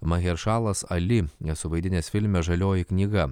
maheršalas ali nesuvaidinęs filme žalioji knyga